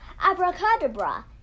Abracadabra